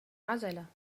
عجلة